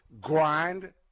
grind